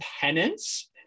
penance